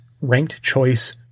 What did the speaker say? ranked-choice